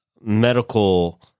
medical